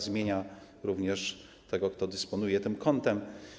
Zmienia się również tego, kto dysponuje tym kontem.